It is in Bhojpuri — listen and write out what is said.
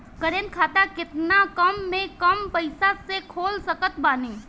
करेंट खाता केतना कम से कम पईसा से खोल सकत बानी?